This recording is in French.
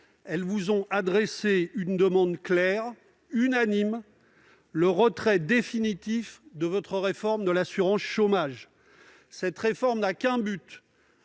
Celles-ci vous ont adressé une demande claire, unanime : le retrait définitif de votre réforme de l'assurance chômage. Cette réforme n'a qu'un but